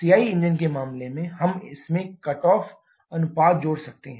CI engine के मामले में हम इसमें कट ऑफ अनुपात जोड़ सकते हैं